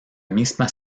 misma